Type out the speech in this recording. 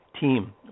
team